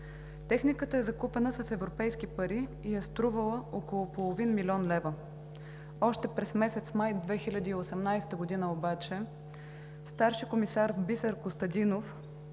Техниката е закупена с европейски пари и е струвала около половин милион лева. Още през месец май 2018 г. обаче старши комисар Бисер Костадинов